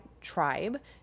tribe